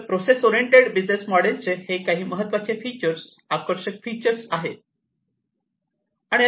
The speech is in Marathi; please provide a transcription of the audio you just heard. तर प्रोसेस ओरिएंटेड बिझनेस मोडेलचे हे काही महत्त्वाचे फीचर्स आकर्षक फीचर्स आहेत